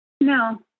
No